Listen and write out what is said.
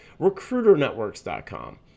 RecruiterNetworks.com